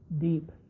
deep